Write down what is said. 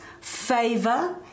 favor